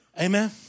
Amen